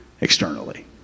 externally